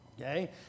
okay